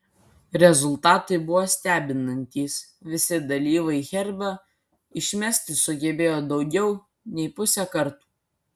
rezultatai buvo stebinantys visi dalyviai herbą išmesti sugebėjo daugiau nei pusę kartų